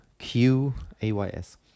Q-A-Y-S